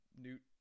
Newt